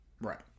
Right